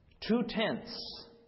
Two-tenths